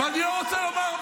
ואני רוצה לומר,